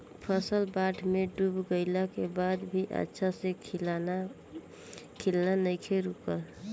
फसल बाढ़ में डूब गइला के बाद भी अच्छा से खिलना नइखे रुकल